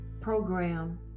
program